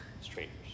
strangers